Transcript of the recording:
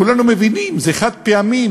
כולנו מבינים, זה חד-פעמי.